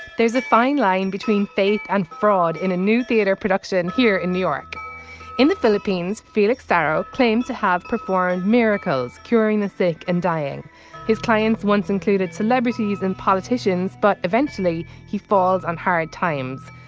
there's a fine line between faith and fraud in a new theater production here in new york in the philippines felix darrow claimed to have performed miracles curing the sick and dying his clients once included celebrities and politicians but eventually he falls on hard times.